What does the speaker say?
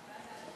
להלן תוצאותיה של